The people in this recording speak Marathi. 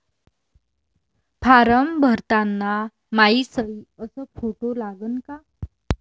फारम भरताना मायी सयी अस फोटो लागन का?